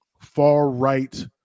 far-right